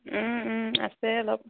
আছে অলপ